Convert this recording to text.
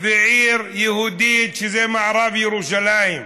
ועיר יהודית, שזה מערב ירושלים.